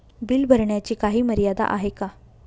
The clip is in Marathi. बिल भरण्याची काही मर्यादा आहे का?